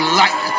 light